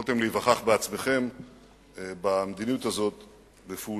שיכולתם להיווכח בעצמכם במדיניות הזאת ובפעולתה.